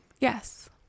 Yes